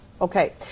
Okay